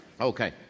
okay